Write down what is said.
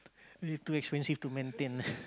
too expensive to maintain lah